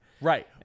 Right